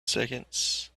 seconds